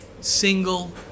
single